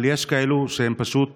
אבל יש כאלה שהן פשוט